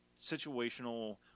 situational